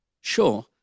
Sure